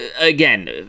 again